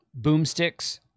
boomsticks